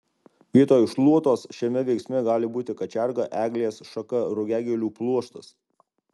vietoj šluotos šiame veiksme gali būti kačerga eglės šaka rugiagėlių pluoštas